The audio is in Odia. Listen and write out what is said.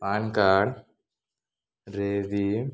ପାନ କାର୍ଡ଼ ରେ ବି